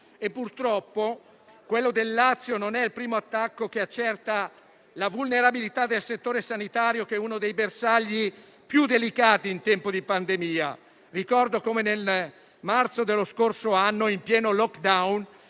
Purtroppo quello del Lazio non è il primo attacco che accerta la vulnerabilità del settore sanitario, che è uno dei bersagli più delicati in tempo di pandemia. Ricordo come nel marzo dello scorso anno, in pieno *lockdown*,